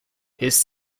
his